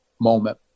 moment